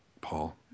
Paul